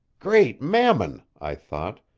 great mammon! i thought.